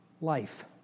life